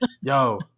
yo